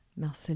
Marcel